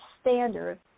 standard